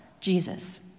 Jesus